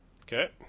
Okay